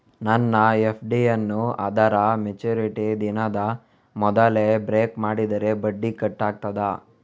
ನನ್ನ ಎಫ್.ಡಿ ಯನ್ನೂ ಅದರ ಮೆಚುರಿಟಿ ದಿನದ ಮೊದಲೇ ಬ್ರೇಕ್ ಮಾಡಿದರೆ ಬಡ್ಡಿ ಕಟ್ ಆಗ್ತದಾ?